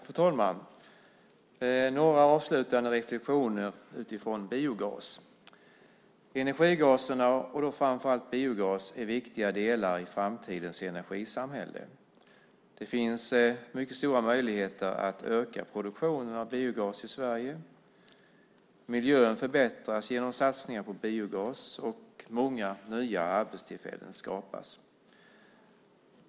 Fru talman! Jag har några avslutande reflexioner om biogas. Energigaserna, framför allt biogas, är viktiga delar i framtidens energisamhälle. Det finns mycket stora möjligheter att öka produktionen av biogas i Sverige. Miljön förbättras med hjälp av satsningar på biogas, och många nya arbetstillfällen skapas.